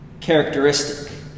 characteristic